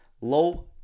low